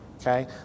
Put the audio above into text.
okay